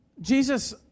Jesus